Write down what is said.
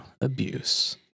abuse